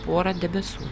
pora debesų